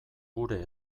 gure